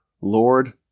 Lord